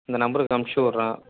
இந்த நம்பருக்கு அனுப்ச்சு விட்றேன்